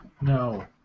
No